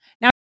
Now